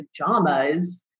pajamas